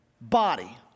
body